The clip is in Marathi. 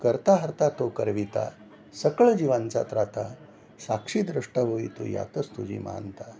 कर्ता हर्ता तो करविता सकळ जीवांचा त्राता साक्षीद्रष्टा होई तो यातच तुझी महानता